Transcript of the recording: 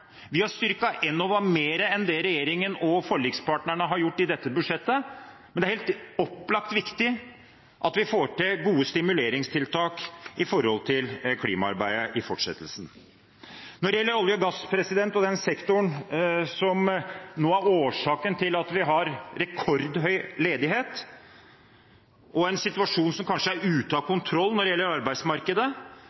Vi har styrket Enova mer enn regjeringen og forlikspartnerne har gjort i dette budsjettet. Det er helt opplagt viktig at vi får til gode stimuleringstiltak for det fortsatte klimaarbeidet. Når det gjelder olje- og gassektoren, som nå er årsaken til at vi har rekordhøy ledighet og en arbeidsmarkedssituasjon som kanskje er ute av kontroll, viser regjeringen akkurat den samme handlingslammelse som på klima. Det